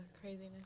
craziness